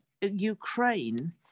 Ukraine